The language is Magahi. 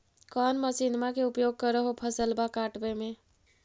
कौन मसिंनमा के उपयोग कर हो फसलबा काटबे में?